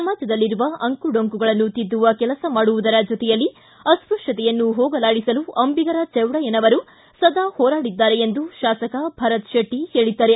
ಸಮಾಜದಲ್ಲಿರುವ ಅಂಕುಡೊಂಕುಗಳನ್ನು ತಿದ್ದುವ ಕೆಲಸ ಮಾಡುವುದರ ಜೊತೆಯಲ್ಲಿ ಅಸ್ಷತ್ಕತೆಯನ್ನು ಹೋಗಲಾಡಿಸಲು ಅಂಬಿಗರ ಚೌಡಯ್ಥನವರು ಸದಾ ಹೋರಾಡಿದ್ದಾರೆ ಎಂದು ಶಾಸಕ ಭರತ್ ಶೆಟ್ಟ ಹೇಳಿದ್ದಾರೆ